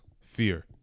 fear